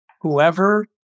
whoever